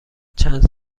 چند